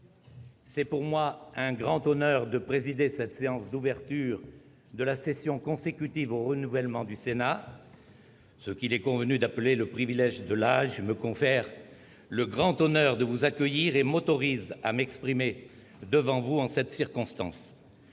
c'est pour moi un grand honneur de présider cette séance d'ouverture de la session consécutive au renouvellement du Sénat. Ce qu'il est convenu d'appeler « le privilège de l'âge » me confère le grand honneur de vous accueillir et m'autorise à m'exprimer devant vous en cette circonstance.